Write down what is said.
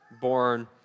born